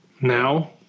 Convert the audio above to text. now